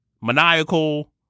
maniacal